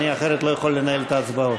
אחרת אני לא יכול לנהל את ההצבעות.